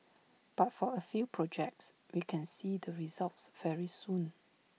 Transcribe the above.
but for A few projects we can see the results very soon